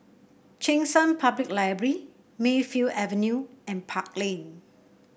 Cheng San Public Library Mayfield Avenue and Park Lane